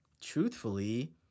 Truthfully